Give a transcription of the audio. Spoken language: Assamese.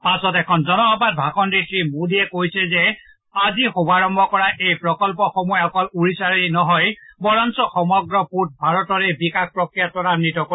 পিছত এখন জনসভাত ভাষণ দি শ্ৰীমোডীয়ে কয় যে আজি শুভাৰম্ভ কৰা এই প্ৰকল্পসমূহে অকল ওড়িশাৰেই নহয় বৰঞ্চ সমগ্ৰ পূব ভাৰতৰে বিকাশ প্ৰফ্ৰিয়া ত্বৰান্নিত কৰিব